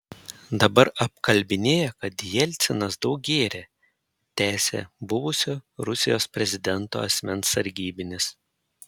dabar apkalbinėja kad jelcinas daug gėrė tęsė buvusio rusijos prezidento asmens sargybinis